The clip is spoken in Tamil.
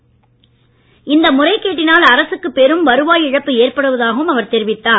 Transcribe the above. இந்த முறைகேட்டினால் அரசுக்கு பெரும் வருவாய் இழப்பு ஏற்படுவதாகவும் அவர் தெரிவித்தார்